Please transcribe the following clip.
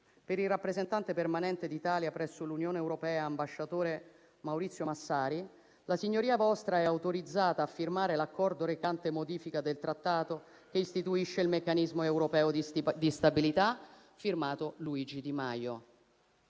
al rappresentante permanente d'Italia presso l'Unione europea, ambasciatore Maurizio Massari: «La Signoria vostra è autorizzata a firmare l'accordo, recante modifica del Trattato che istituisce il Meccanismo europeo di stabilità. *F.to* Luigi Di Maio».